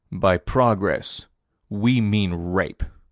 by progress we mean rape.